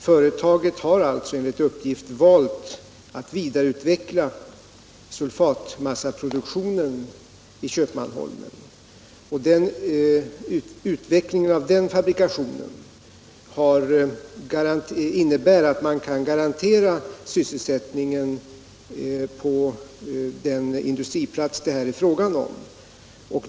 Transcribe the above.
Företaget har enligt uppgift valt att vidareutveckla sulfatmassaproduktionen vid Köpmanholmen, och utvecklingen av den fabrikationen innebär att man kan garantera sysselsättningen på den industriplats som det här är fråga om.